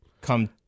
come